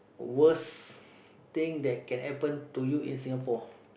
worst thing that can happen to you in Singapore